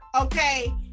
Okay